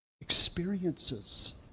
experiences